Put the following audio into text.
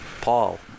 Paul